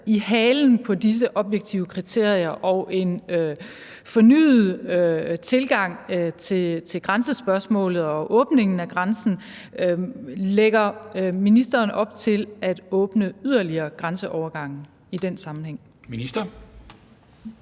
I halen på disse objektive kriterier og en fornyet tilgang til grænsespørgsmålet og åbningen af grænsen lægger ministeren da op til at åbne yderligere grænseovergange i den sammenhæng?